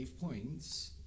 points